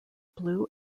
blue